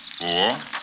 four